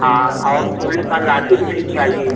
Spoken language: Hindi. हाँ और सोने का लाकिट भी चाहिए